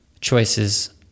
choices